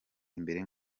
imbere